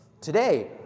Today